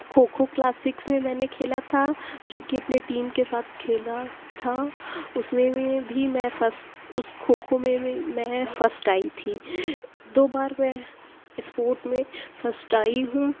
kho kho class six میں میں نے کھیلا تھا جو کہ اپنے ٹیم کے ساتھ کھیلا تھا اس میں میں بھی میں فسٹ اس کھوکھو میں بھی میں فسٹ آئی تھی دو بار میں اسپورٹ میں فسٹ آئی ہوں